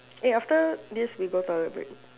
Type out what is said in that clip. eh after this we go toilet break